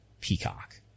Peacock